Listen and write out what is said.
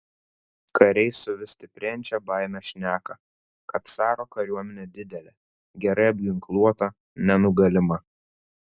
kariai su vis stiprėjančia baime šneka kad caro kariuomenė didelė gerai apginkluota nenugalima